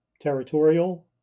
territorial